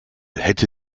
hätte